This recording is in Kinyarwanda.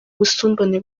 ubusumbane